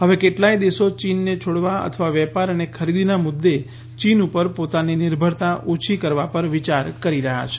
હવે કેટલાય દેશો ચીનને છોડવા અથવા વેપાર અને ખરીદીના મુદ્દે ચીન ઉપર પોતાની નિર્ભરતા ઓછી કરવા પર વિયાર કરી રહ્યાં છે